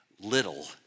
little